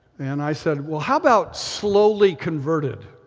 and i said, well, how about slowly converted.